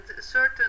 certain